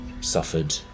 suffered